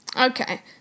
Okay